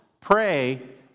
pray